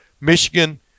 Michigan –